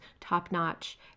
top-notch